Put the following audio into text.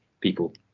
people